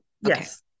yes